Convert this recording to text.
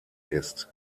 ist